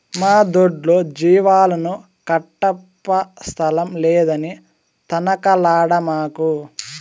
మా దొడ్లో జీవాలను కట్టప్పా స్థలం లేదని తనకలాడమాకు